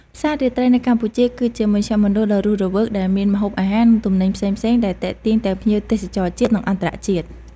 ផ្សាររាត្រីនៅកម្ពុជា គឺជាមជ្ឈមណ្ឌលដ៏រស់រវើកដែលមាន ម្ហូបអាហារ និងទំនិញផ្សេងៗ ដែលទាក់ទាញទាំងភ្ញៀវទេសចរជាតិ និងអន្តរជាតិ។